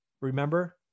Remember